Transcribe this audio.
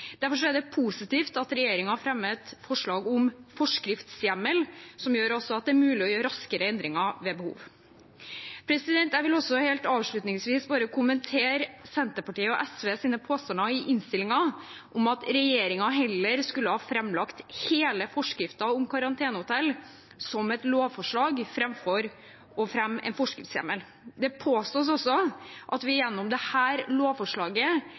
Derfor er det positivt at regjeringen fremmer et forslag om forskriftshjemmel som gjør det mulig å gjøre raskere endringer ved behov. Jeg vil helt avslutningsvis bare kommentere Senterpartiet og SVs påstander i innstillingen om at regjeringen heller skulle ha framlagt hele forskriften om karantenehotell som et lovforslag framfor å fremme en forskriftshjemmel. Det påstås også at vi gjennom dette lovforslaget endrer spillereglene mellom regjering og storting. Det